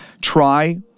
Try